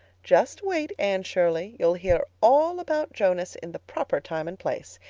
just wait, anne shirley. you'll hear all about jonas in the proper time and place.